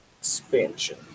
expansion